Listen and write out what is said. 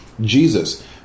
Jesus